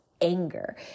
anger